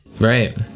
Right